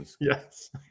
yes